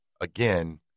again